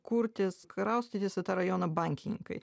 kurtis kraustytis į tą rajoną bankininkai